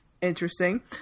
Interesting